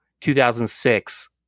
2006